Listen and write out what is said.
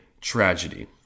tragedy